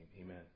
Amen